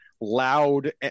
loud